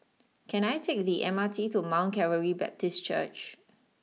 can I take the M R T to Mount Calvary Baptist Church